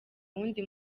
wundi